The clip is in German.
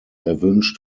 erwünscht